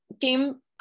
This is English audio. came